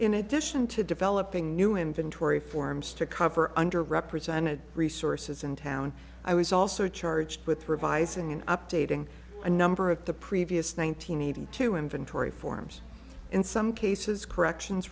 in addition to developing new inventory forms to cover under represented resources in town i was also charged with revising and updating a number of the previous one nine hundred eighty two inventory forms in some cases corrections